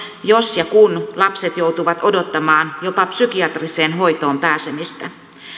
jos ja kun lapset joutuvat odottamaan jopa psykiatriseen hoitoon pääsemistä